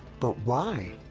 but why.